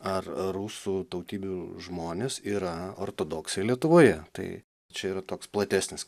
ar rusų tautybių žmonės yra ortodoksai lietuvoje tai čia yra toks platesnis